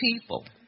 people